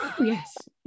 Yes